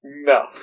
No